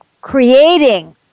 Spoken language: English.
Creating